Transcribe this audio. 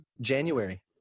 January